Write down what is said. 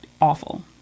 awful